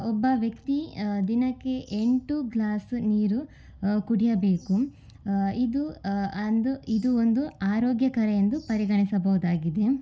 ಒಬ್ಬ ವ್ಯಕ್ತಿ ದಿನಕ್ಕೆ ಎಂಟು ಗ್ಲಾಸ್ ನೀರು ಕುಡಿಯಬೇಕು ಇದು ಅಂದು ಇದು ಒಂದು ಆರೋಗ್ಯಕರ ಎಂದು ಪರಿಗಣಿಸಬಹುದಾಗಿದೆ